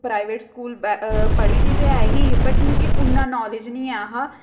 private school ब पढ़ी दी ते ऐ ही बट मिगी उ'न्ना नालेज निं ऐ हा